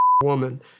Woman